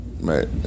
right